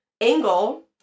angle